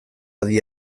adi